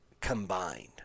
Combined